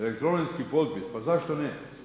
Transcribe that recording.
Elektronski potpis, pa zašto ne?